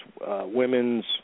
Women's